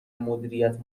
مدیریت